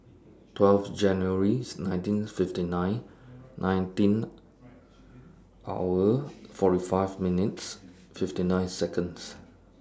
twelve January nineteen fifty nine nineteen hour forty five minutes fifty nine Seconds